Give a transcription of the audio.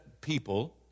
people